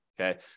okay